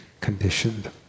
conditioned